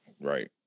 Right